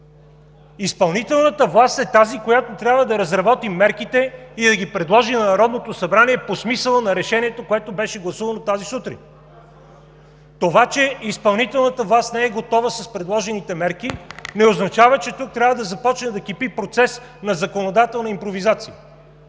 Изпълнителната власт е тази, която трябва да разработи мерките и да ги предложи на Народното събрание по смисъла на Решението, което беше гласувано тази сутрин. Това, че изпълнителната власт не е готова с предложените мерки, не означава, че тук трябва да започне да кипи процес на законодателна импровизация.